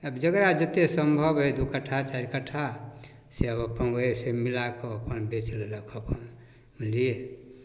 आब जकरा जतेक सम्भव हइ दुइ कट्ठा चारि कट्ठा से आब अपन ओहिसँ मिलाकऽ अपन बेचि लेलक अपन बुझलिए